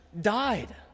died